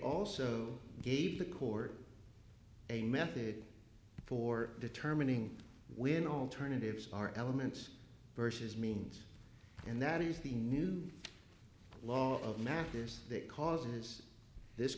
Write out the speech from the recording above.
also gave the court a method for determining when alternatives are elements versus means and that is the new law of matters that causes this